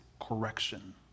correction